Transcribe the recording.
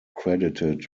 credited